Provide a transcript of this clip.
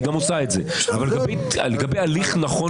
היא גם עושה את זה לגבי הליך נכון